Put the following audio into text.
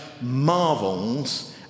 marvels